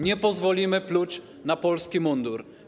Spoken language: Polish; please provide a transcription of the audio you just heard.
Nie pozwolimy pluć na polski mundur.